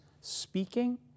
speaking